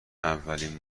اولین